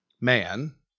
man